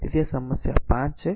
તેથી આ સમસ્યા 5 છે